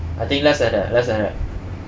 I think less than that less than that